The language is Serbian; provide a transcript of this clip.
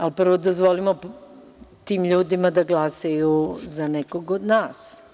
Ali prvo dozvolimo tim ljudima da glasaju za nekog od nas.